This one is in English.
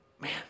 man